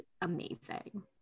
amazing